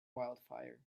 wildfire